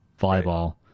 volleyball